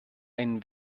einen